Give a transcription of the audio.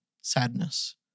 sadness